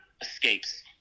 escapes